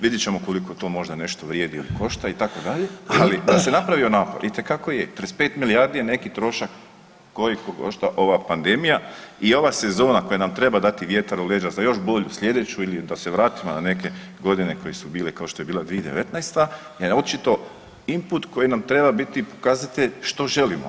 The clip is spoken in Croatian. Vidjet ćemo koliko to možda nešto vrijedi ili košta itd., ali da se napravio napor itekako je, 35 milijardi je neki trošak koliko košta ova pandemija i ova sezona koja nam treba dati vjetar u leđa za još bolju slijedeću ili da se vratimo na neke godine koje su bile, kao što je bila 2019. je očito input koji nam treba biti pokazatelj što želimo.